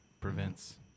prevents